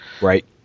Right